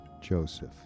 Joseph